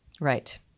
Right